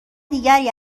دیگری